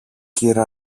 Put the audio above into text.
κυρ